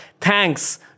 Thanks